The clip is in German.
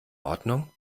ordnung